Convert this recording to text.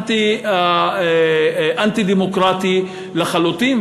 אנטי-מיעוטים, אנטי-דמוקרטי לחלוטין.